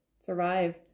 survive